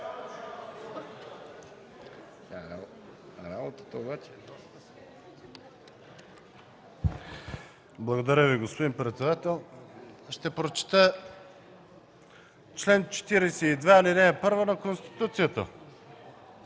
Благодаря Ви, господин председател. Ще прочета чл. 42, ал. 1 на Конституцията: